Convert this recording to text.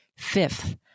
Fifth